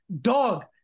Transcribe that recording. Dog